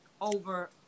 over